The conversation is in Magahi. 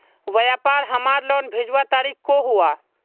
व्यापार हमार लोन भेजुआ तारीख को हुआ?